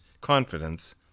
confidence